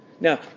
Now